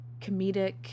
comedic